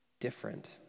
different